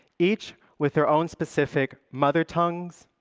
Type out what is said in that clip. each with their own specific mother tongues,